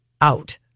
out